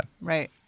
Right